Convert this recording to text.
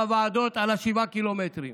על ה-7 ק"מ,